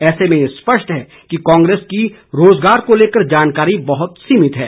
ऐसे में ये स्पष्ट है कि कांग्रेस की रोज़गार को लेकर जानकारी बहुत ही सीमित है